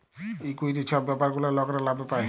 equity ছব ব্যাপার গুলা লকরা লাভে পায়